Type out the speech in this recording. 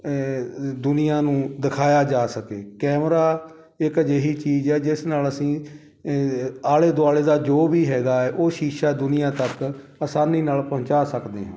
ਦੁਨੀਆ ਨੂੰ ਦਿਖਾਇਆ ਜਾ ਸਕੇ ਕੈਮਰਾ ਇੱਕ ਅਜਿਹੀ ਚੀਜ਼ ਆ ਜਿਸ ਨਾਲ ਅਸੀਂ ਆਲੇ ਦੁਆਲੇ ਦਾ ਜੋ ਵੀ ਹੈਗਾ ਹੈ ਉਹ ਸ਼ੀਸ਼ਾ ਦੁਨੀਆ ਤੱਕ ਆਸਾਨੀ ਨਾਲ ਪਹੁੰਚਾ ਸਕਦੇ ਹਾਂ